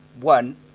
one